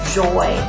joy